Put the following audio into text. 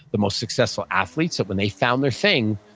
the most successful athletes that when they found their thing,